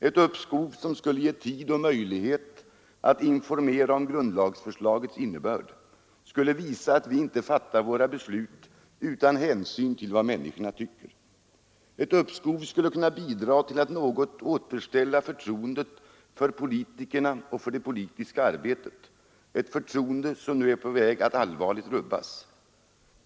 Ett uppskov, som skulle ge tid och möjlighet att informera om grundlagsförslagets innebörd, skulle visa att vi inte fattar våra beslut utan hänsyn till vad människorna tycker. Ett uppskov skulle kunna bidra till att något återställa förtroendet för politikerna och det politiska arbetet — ett förtroende som är på väg att allvarligt rubbas.